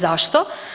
Zašto?